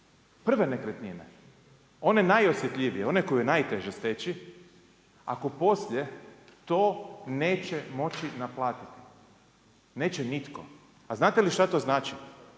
prve nekretnine, one najosjetljivije, one koju je najteže steći ako poslije to neće moći naplatiti. Neće nitko. A znate li šta to znači?